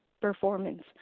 performance